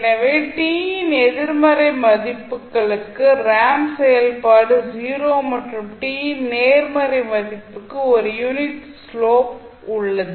எனவே t இன் எதிர்மறை மதிப்புகளுக்கு ரேம்ப் செயல்பாடு 0 மற்றும் t இன் நேர்மறை மதிப்புக்கு ஒரு யூனிட் ஸ்லோப் உள்ளது